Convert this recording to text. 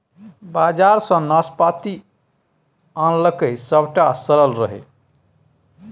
बजार सँ नाशपाती आनलकै सभटा सरल रहय